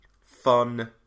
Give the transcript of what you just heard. fun